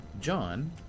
John